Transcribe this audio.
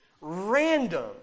random